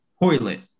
toilet